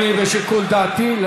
בושה וחרפה.